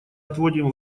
отводим